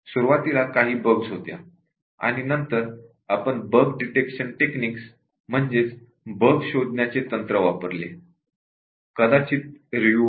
सुरुवातीला काही बग्स होत्या आणि नंतर आपण बग डिटेक्शन टेक्निक्स वापरले कदाचित रिव्यू